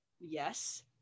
Yes